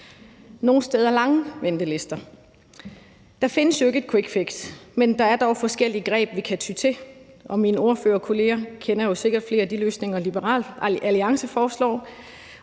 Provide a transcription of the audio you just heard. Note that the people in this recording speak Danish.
nogle steder lange ventelister. Der findes jo ikke et quickfix, men der er dog forskellige greb, vi kan ty til, og mine ordførerkolleger kender jo sikkert flere af de løsninger, som Liberal Alliance foreslår,